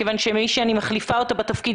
כיוון שמי שאני מחליפה אותה בתפקיד